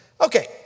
Okay